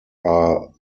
are